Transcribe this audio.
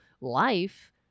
life